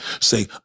say